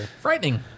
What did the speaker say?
Frightening